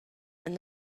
and